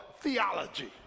theology